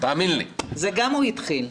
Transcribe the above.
גם את זה הוא התחיל,